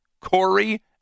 Corey